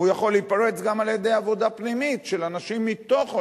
הוא יכול להיפרץ גם על-ידי עבודה פנימית של אנשים מתוכו,